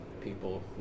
people